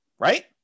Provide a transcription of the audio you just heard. Right